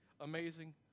amazing